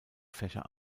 fächer